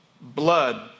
blood